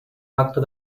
pacto